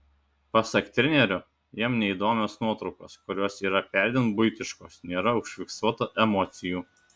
pasak trenerio jam neįdomios nuotraukos kurios yra perdėm buitiškos nėra užfiksuota emocijų